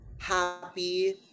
happy